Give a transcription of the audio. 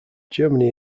germany